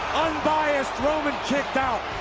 unbiased roman kicked out,